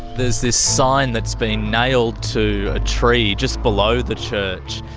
there's this sign that's been nailed to a tree just below the church.